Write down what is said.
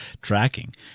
tracking